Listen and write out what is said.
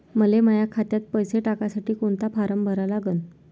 मले माह्या खात्यात पैसे टाकासाठी कोंता फारम भरा लागन?